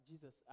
Jesus